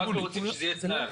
תסבירו לי.